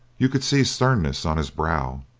you could see sternness on his brow.